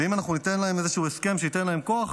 ואם אנחנו ניתן להם איזשהו הסכם שייתן להם כוח,